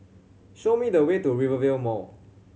show me the way to Rivervale Mall